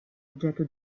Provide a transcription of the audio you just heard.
oggetto